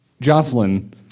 Jocelyn